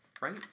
Right